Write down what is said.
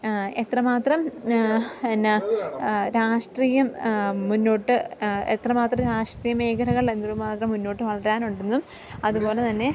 എത്ര മാത്രം എന്നാ രാഷ്ട്രീയം മുന്നോട്ട് എത്ര മാത്രം രാഷ്ട്രീയ മേഖലകൾ എന്തൊരുമാത്രം മുന്നോട്ട് വളരാനുണ്ടെന്നും അതുപോലെതന്നെ